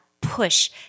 push